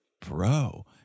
bro